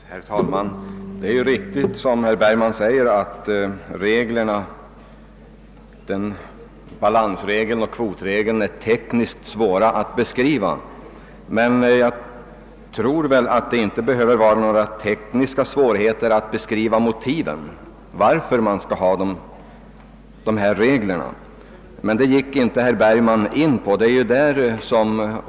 Herr talman! Det är riktigt som herr Bergman säger att balansregeln och kvotregeln är tekniskt svåra att beskriva, men jag tror inte att det behöver föreligga några tekniska svårigheter när det gäller att beskriva motiven för dem. Men herr Bergman gick inte in på dem.